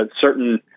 certain